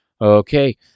Okay